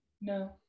No